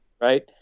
right